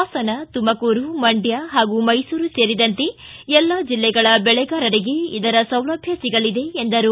ಪಾಸನ ತುಮಕೂರು ಮಂಡ್ಯ ಪಾಗೂ ಮೈಸೂರು ಸೇರಿದಂತೆ ಎಲ್ಲಾ ಜಿಲ್ಲೆಗಳ ಬೆಳೆಗಾರರಿಗೆ ಇದರ ಸೌಲಭ್ಯ ಸಿಗಲಿದೆ ಎಂದರು